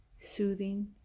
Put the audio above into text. soothing